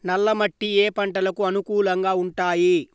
నల్ల మట్టి ఏ ఏ పంటలకు అనుకూలంగా ఉంటాయి?